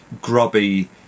grubby